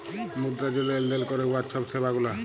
মুদ্রা যে লেলদেল ক্যরে উয়ার ছব সেবা গুলা